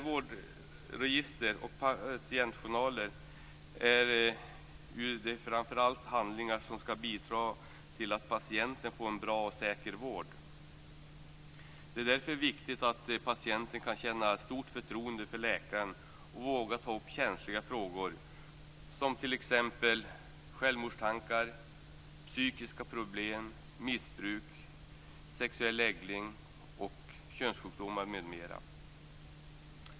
Vårdregister och patientjournaler är framför allt handlingar som skall bidra till att patienten får en bra och säker vård. Det är därför viktigt att patienten kan känna stort förtroende för läkaren och våga ta upp känsliga frågor som t.ex. självmordstankar, psykiska problem, missbruk, sexuell läggning, könssjukdomar m.m.